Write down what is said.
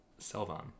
Selvan